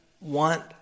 want